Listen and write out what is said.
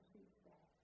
Tuesday